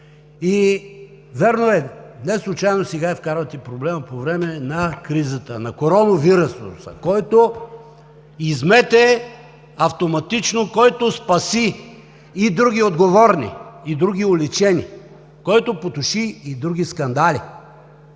Вярно е, неслучайно сега вкарвате проблема по време на кризата на коронавируса, който измете автоматично, който спаси други отговорни, други уличени, който потуши и други скандали.